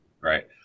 Right